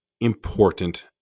important